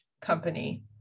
company